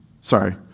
sorry